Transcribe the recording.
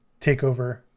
takeover